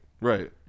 Right